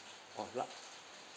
oh